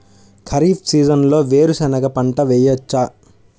ఖరీఫ్ సీజన్లో వేరు శెనగ పంట వేయచ్చా?